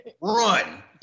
Run